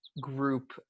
group